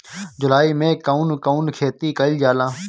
जुलाई मे कउन कउन खेती कईल जाला?